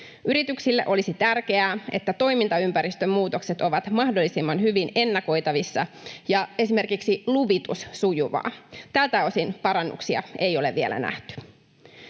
Yrityksille olisi tärkeää, että toimintaympäristön muutokset ovat mahdollisimman hyvin ennakoitavissa ja esimerkiksi luvitus sujuvaa. Tältä osin parannuksia ei ole vielä nähty.